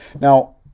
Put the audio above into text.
Now